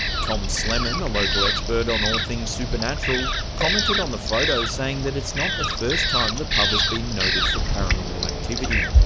tom slemen, a local expert on all things supernatural, commented on the photo saying that it's not the first time the pub has been noted for paranormal activity.